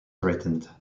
threatened